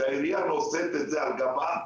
שהעירייה נושאת את זה על גבה,